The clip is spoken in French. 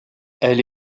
elle